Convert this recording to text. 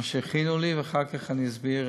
מה שהכינו לי, ואחר כך אסביר.